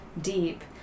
deep